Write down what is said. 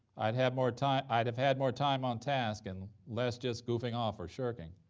i'd have more time i'd have had more time on task and less just goofing off or shirking.